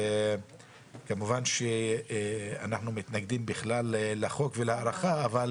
כמובן, שאנחנו מתנגדים בכלל לחוק ולהארכה, אבל